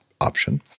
option